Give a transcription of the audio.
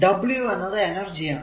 W എന്നത് energy ആണ്